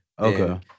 Okay